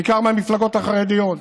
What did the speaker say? בעיקר מהמפלגות החרדיות.